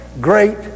great